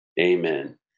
Amen